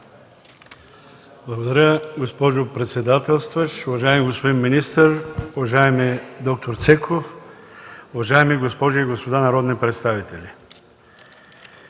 Благодаря, госпожо председател. Уважаеми господин министър, уважаеми д-р Цеков, уважаеми госпожи и господа народни представители!